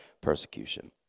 persecution